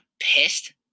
pissed